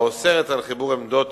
האוסרת חיבור עמדות